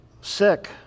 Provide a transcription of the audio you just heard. sick